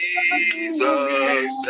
Jesus